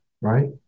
right